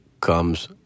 comes